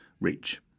reach